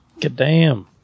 Goddamn